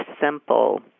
simple